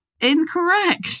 Incorrect